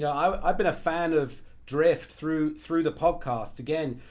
yeah um i've been a fan of drift through through the podcast again,